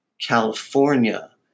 California